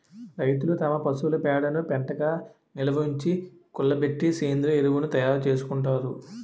రైతులు తమ పశువుల పేడను పెంటగా నిలవుంచి, కుళ్ళబెట్టి సేంద్రీయ ఎరువును తయారు చేసుకుంటారు